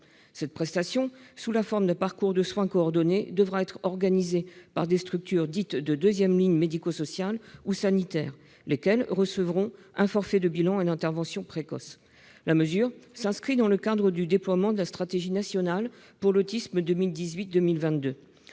Cette prestation, sous la forme d'un parcours de soins coordonnés, devra être organisée par des structures dites de deuxième ligne médico-sociales ou sanitaires, lesquelles recevront un « forfait de bilan et intervention précoce ». La mesure s'inscrit dans le cadre du déploiement de la stratégie nationale pour l'autisme 2018-2022.